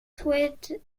souhaitent